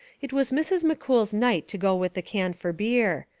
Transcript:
it was mrs. mccool's night to go with the can for beer.